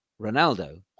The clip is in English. Ronaldo